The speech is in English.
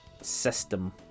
system